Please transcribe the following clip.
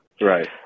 Right